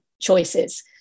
Choices